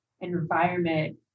environment